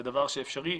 זה דבר אפשרי.